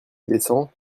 descend